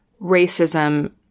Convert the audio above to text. racism